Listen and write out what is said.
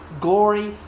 glory